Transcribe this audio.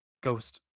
Ghost